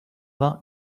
vingt